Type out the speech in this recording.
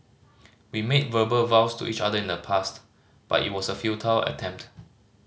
we made verbal vows to each other in the past but it was a futile attempt